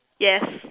yes